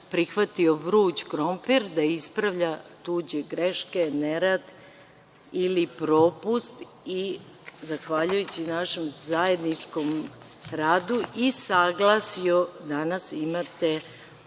prihvatio vruć krompir da ispravlja tuđe greške, nerad ili propust. Zahvaljujući našem zajedničkom radu i saglasju danas imate